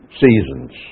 seasons